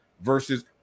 versus